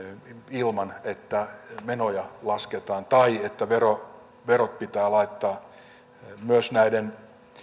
ilman että menoja lasketaan tai että verot pitää laittaa myös näiden